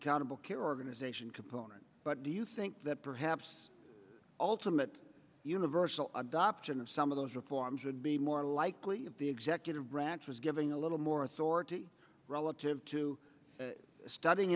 the countable care organization component but do you think that perhaps ultimate universal adoption of some of those reforms would be more likely the executive branch was giving a little more authority relative to studying